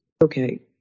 okay